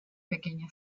pequeña